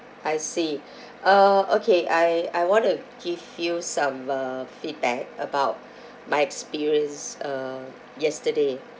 I see uh okay I I want to give you some uh feedback about my experience uh yesterday